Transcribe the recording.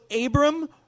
Abram